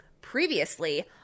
previously